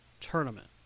Tournament